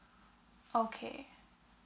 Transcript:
okay